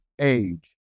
age